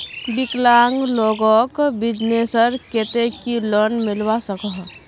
विकलांग लोगोक बिजनेसर केते की लोन मिलवा सकोहो?